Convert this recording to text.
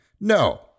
No